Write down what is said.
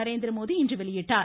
நரேந்திரமோடி இன்று வெளியிட்டார்